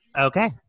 Okay